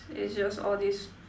treasures all this